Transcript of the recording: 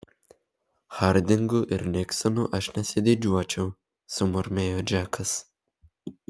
hardingu ir niksonu aš nesididžiuočiau sumurmėjo džekas